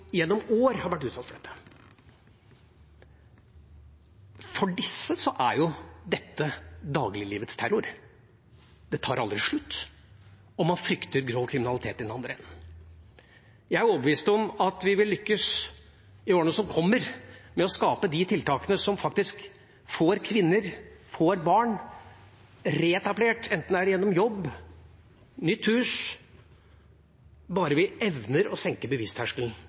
gjennom år har vært utsatt for dette. For disse er jo dette dagliglivets terror. Det tar aldri slutt, og man frykter grov kriminalitet i den andre enden. Jeg er overbevist om at vi vil lykkes i årene som kommer, med å skape de tiltakene som faktisk får kvinner og barn reetablert, enten det er gjennom jobb eller nytt hus, bare vi evner å senke bevisterskelen